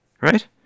Right